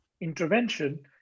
intervention